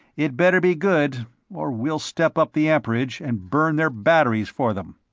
it better be good or we'll step up the amperage and burn their batteries for them.